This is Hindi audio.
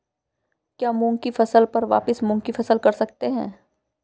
क्या मूंग की फसल पर वापिस मूंग की फसल कर सकते हैं?